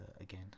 again